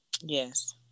Yes